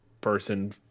person